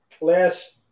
last